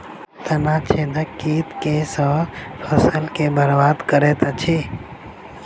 तना छेदक कीट केँ सँ फसल केँ बरबाद करैत अछि?